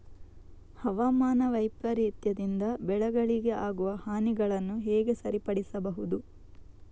ಹವಾಮಾನ ವೈಪರೀತ್ಯದಿಂದ ಬೆಳೆಗಳಿಗೆ ಆಗುವ ಹಾನಿಗಳನ್ನು ಹೇಗೆ ಸರಿಪಡಿಸಬಹುದು?